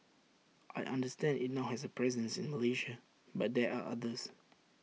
I understand IT now has A presence in Malaysia but there are others